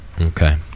Okay